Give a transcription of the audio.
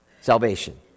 salvation